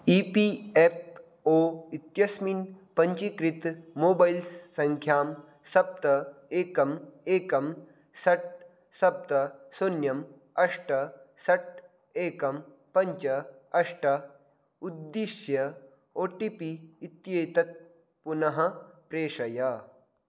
E P F O इत्यस्मिन् पञ्जीकृतं mobile सङ्ख्यां सप्त एकम् एकं षट् सप्त शून्यम् अष्ट षट् एकं पञ्च अष्ट उद्दिश्य ओ टि पि इत्येतत् पुनः प्रेषय